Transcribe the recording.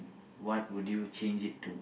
what would would you change it to